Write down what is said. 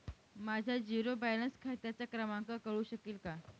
माझ्या zero balance खात्याचा क्रमांक कळू शकेल का?